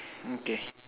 okay